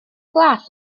glas